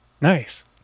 Nice